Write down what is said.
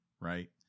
Right